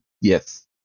Yes